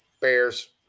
Bears